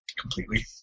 completely